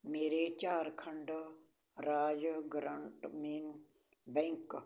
ਮੇਰੇ ਝਾਰਖੰਡ ਰਾਜ ਗ੍ਰਾਮੀਣ ਬੈਂਕ